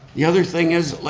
the other thing is, like